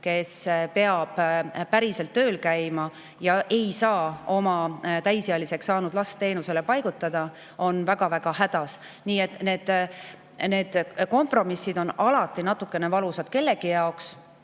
kes peab päriselt tööl käima ja ei saa oma täisealiseks saanud last teenusele paigutada, on väga-väga hädas. Nii et need kompromissid on alati natuke valusad kellegi jaoks